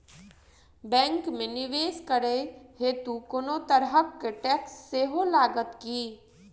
Bank मे निवेश करै हेतु कोनो तरहक टैक्स सेहो लागत की?